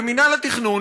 במינהל התכנון,